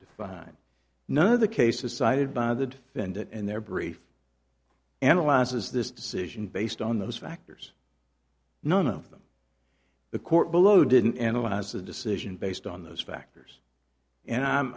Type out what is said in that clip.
define none of the cases cited by the defendant and their brief analyzes this decision based on those factors none of them the court below didn't analyze a decision based on those factors and